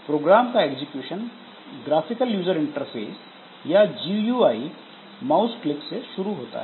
programme का execution graphical user interface या GUI mouse click से शुरू होता है